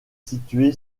situé